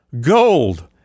gold